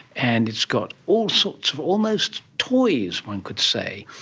and it's got all sorts of almost toys, one could say.